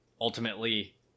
ultimately